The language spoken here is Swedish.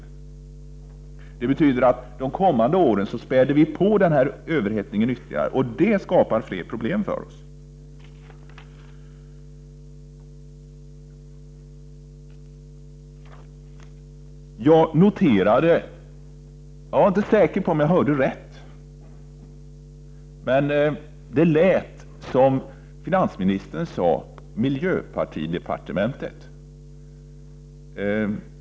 Under de kommande åren kommer vi alltså att späda på denna överhettning ytterligare, och det skapar mer problem för oss. Jag var inte säker på om jag hörde rätt, men det lät som om finansministern tidigare talade om ”miljöpartidepartementet”.